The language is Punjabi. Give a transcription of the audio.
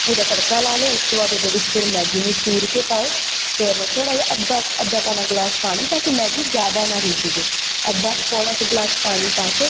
ਉਹਦਾ ਤੜਕਾ ਲਾ ਲਉ ਉਸ ਤੋਂ ਬਾਅਦ ਉਹਦੇ ਵਿੱਚ ਫਿਰ ਮੈਗੀ ਨੂੰ ਚੂਰ ਕੇ ਪਾਓ ਫਿਰ ਥੋੜ੍ਹਾ ਜਿਹਾ ਅੱਧਾ ਕੁ ਅੱਧਾ ਪੌਣਾ ਗਲਾਸ ਪਾਣੀ ਤਾਂ ਕਿ ਮੈਗੀ ਜ਼ਿਆਦਾ ਨਾ ਰਿੱਝ ਜੇ ਅੱਧਾ ਪੌਣਾ ਕੁ ਗਿਲਾਸ ਪਾਣੀ ਪਾ ਕੇ